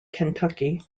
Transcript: kentucky